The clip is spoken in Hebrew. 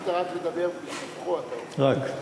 רצית רק לדבר בשבחו, אתה אומר.